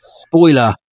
Spoiler